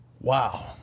Wow